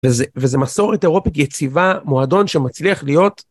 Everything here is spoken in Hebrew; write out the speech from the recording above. וזה-וזה מסורת אירופית יציבה. מועדון שמצליח להיות,